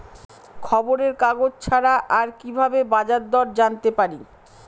খবরের কাগজ ছাড়া আর কি ভাবে বাজার দর জানতে পারি?